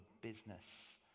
business